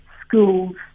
schools